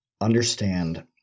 understand